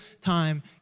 time